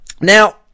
Now